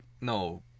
No